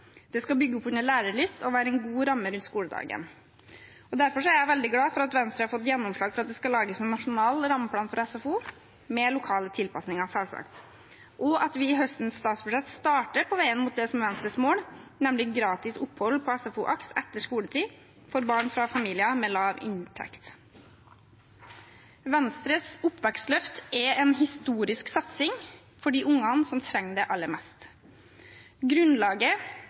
Det skal bygge opp under lærelyst og være en god ramme rundt skoledagen. Derfor er jeg veldig glad for at Venstre har fått gjennomslag for at det skal lages en nasjonal rammeplan for SFO – selvsagt med lokale tilpasninger – og at vi i høstens statsbudsjett starter på veien mot det som er Venstres mål, nemlig gratis opphold på SFO/AKS etter skoletid for barn fra familier med lav inntekt. Venstres oppvekstløft er en historisk satsing for de ungene som trenger det aller mest. Grunnlaget